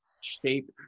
shape